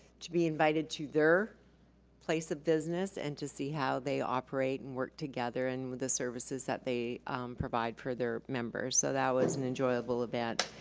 to be invited to their place of business and to see how they operate and work together in the services that they provide for their members, so that was an enjoyable event.